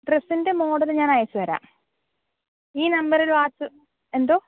ഡ്രെസ്സിൻ്റെ model ഞാൻ അയച്ച്തരാം ഈ നമ്പറിൽ വാട്സ്ആപ്പ് എന്തോ